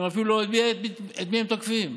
והם אפילו לא יודעים את מי הם תוקפים,